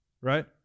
right